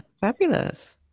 fabulous